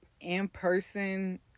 in-person